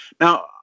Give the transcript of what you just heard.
Now